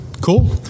cool